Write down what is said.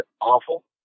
awful